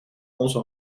onze